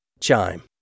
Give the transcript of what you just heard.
Chime